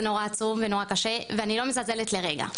נורא עצוב ונורא קשה ואני לא מזלזלת לרגע,